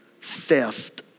theft